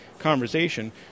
conversation